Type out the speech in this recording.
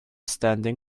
standing